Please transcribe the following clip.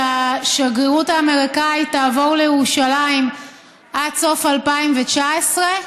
שהשגרירות האמריקנית תעבור לירושלים עד סוף 2019,